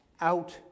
out